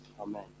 Amen